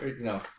No